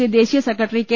C ദേശീയ secretary K